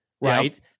right